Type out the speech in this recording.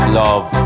love